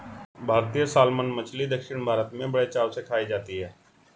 भारतीय सालमन मछली दक्षिण भारत में बड़े चाव से खाई जाती है